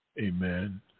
Amen